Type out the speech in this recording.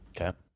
Okay